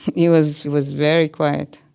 he was he was very quiet.